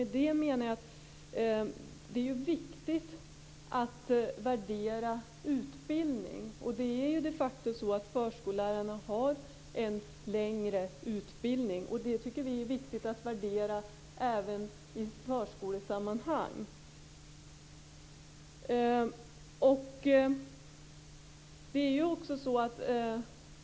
Det är viktigt att värdera utbildning, och förskollärarna har de facto en längre utbildning. Vi tycker att det är viktigt att värdera utbildning även i förskolesammanhang.